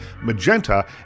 Magenta